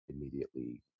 immediately